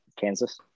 Kansas